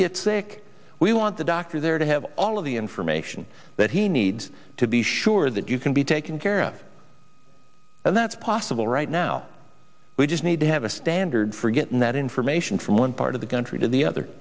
get sick we want the doctor there to have all of the information that he needs to be sure that you can be taken care of and that's possible right now we just need to have a standard for getting that information from one part of the country to the other